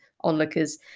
onlookers